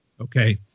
Okay